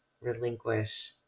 relinquish